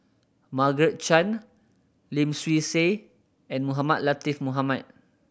Margaret Chan Lim Swee Say and Mohamed Latiff Mohamed